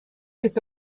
was